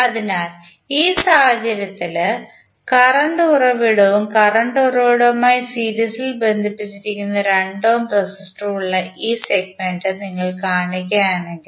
അതിനാൽ ഈ സാഹചര്യത്തിൽ കറന്റ് ഉറവിടവും കറന്റ് ഉറവിടവുമായി സീരീസിൽ ബന്ധിപ്പിച്ചിരിക്കുന്ന 2 ഓം റെസിസ്റ്ററും ഉള്ള ഈ സെഗ്മെന്റ് നിങ്ങൾ കാണുകയാണെങ്കിൽ